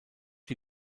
die